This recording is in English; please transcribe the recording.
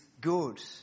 good